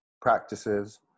practices